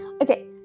okay